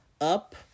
up